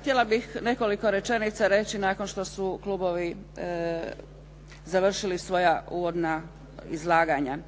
htjela bih nekoliko rečenica reći nakon što su klubovi završili svoja uvodna izlaganja.